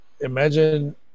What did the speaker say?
imagine